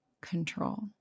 control